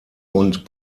und